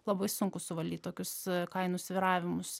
labai sunku suvaldyt tokius kainų svyravimus